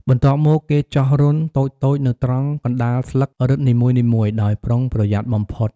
បន្ទាប់មក គេចោះរន្ធតូចៗនៅត្រង់កណ្តាលស្លឹករឹតនីមួយៗ ដោយប្រុងប្រយ័ត្នបំផុត។